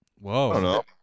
Whoa